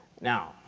now